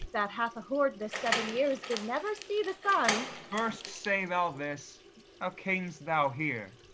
that hath a hoard this seven years, did never see the sun. first say thou this how cam'st thou here?